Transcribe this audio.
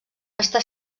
està